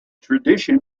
tradition